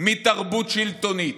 מתרבות שלטונית,